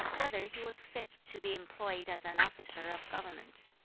whether he was fit to be employed as an officer of government.